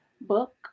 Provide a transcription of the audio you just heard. book